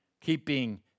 keeping